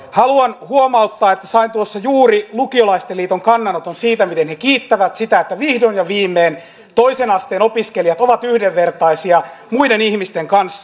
haluan huomauttaa että sain tuossa juuri lukiolaisten liiton kannanoton siitä miten he kiittävät sitä että vihdoin ja viimein toisen asteen opiskelijat ovat yhdenvertaisia muiden ihmisten kanssa